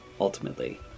ultimately